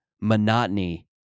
Monotony